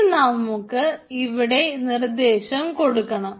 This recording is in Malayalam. ഇനി നമുക്ക് ഇവിടെ നിർദേശം കൊടുക്കണം